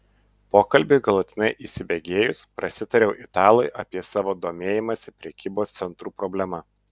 pokalbiui galutinai įsibėgėjus prasitariau italui apie savo domėjimąsi prekybos centrų problema